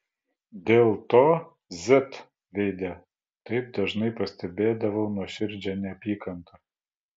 dėl to z veide taip dažnai pastebėdavau nuoširdžią neapykantą